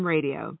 Radio